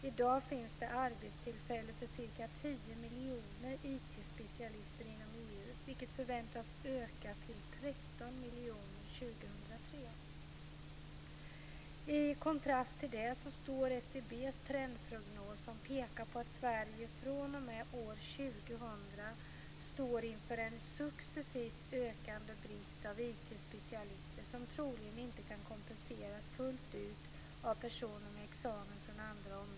I dag finns det arbetstillfällen för ca 10 miljoner IT-specialister inom EU, vilket förväntas öka till 13 miljoner 2003. I kontrast till detta står SCB:s trendprognos som pekar på att Sverige från 2000 står inför en successivt ökande brist på IT specialister som troligen inte kan kompenseras fullt ut av personer med examen från andra områden.